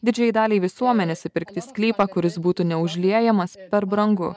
didžiajai daliai visuomenės įpirkti sklypą kuris būtų neužliejamas per brangu